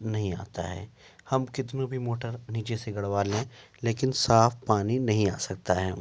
نہیں آتا ہے ہم کتنا بھی موٹر نیچے سے گڑوا لیں لیکن صاف پانی نہیں آ سکتا ہے